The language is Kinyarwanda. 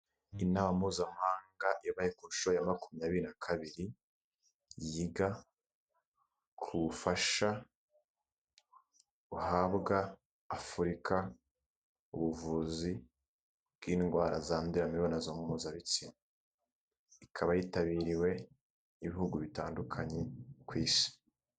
Inama mpuzamahanga ibaye ku nshuro ya makumyabiri na kabiri yiga ku bufasha buhabwa Afurika k’ ubuvuzi bw'indwara zandurira mibonano mpuzabitsina, ikaba yitabiriwe n'ibihugu bitandukanye ku isi.